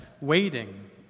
waiting